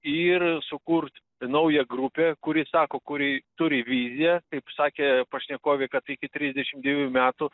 ir sukurt naują grupę kuri sako kuri turi viziją kaip sakė pašnekovė kad iki trisdešim dviejų metų